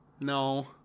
No